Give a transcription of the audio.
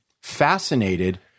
fascinated